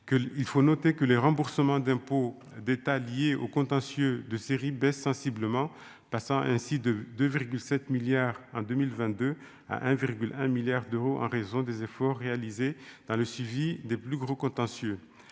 il faut noter que les remboursements d'impôts d'État lié au contentieux de série baisse sensiblement, passant ainsi de 2,7 milliards en 2022 à 1 virgule 1 milliard d'euros en raison des efforts réalisés dans le suivi des plus gros contentieux,